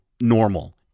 normal